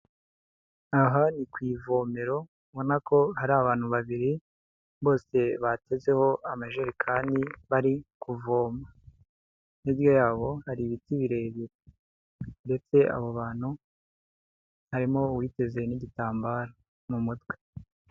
Aha ni ku ivomero ubona ko hari abantu babiri bose batezeho amajerekani bari kuvoma. Hirya yabo hari ibiti birebire ndetse abo bantu harimo uwiteze n'igitambaro mu mutwe.